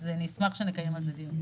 אני אשמח שנקיים על כך דיון.